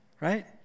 right